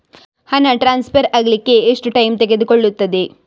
ಹಣ ಟ್ರಾನ್ಸ್ಫರ್ ಅಗ್ಲಿಕ್ಕೆ ಎಷ್ಟು ಟೈಮ್ ತೆಗೆದುಕೊಳ್ಳುತ್ತದೆ?